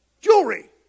Jewelry